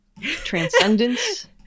transcendence